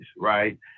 right